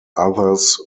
others